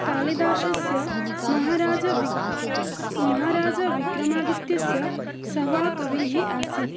कालिदासस्य महाराजबिक् महाराजविक्रमादित्यस्य सभाकविः आसीत्